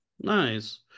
Nice